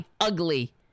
ugly